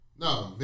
No